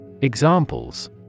Examples